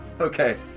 Okay